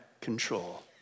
control